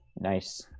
Nice